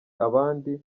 abandi